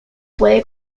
puede